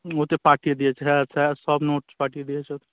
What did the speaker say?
ওতে পাঠিয়ে দিয়েছে হ্যাঁ স্যার সব নোটস পাঠিয়ে দিয়েছে